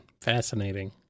Fascinating